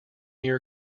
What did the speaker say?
year